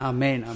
Amen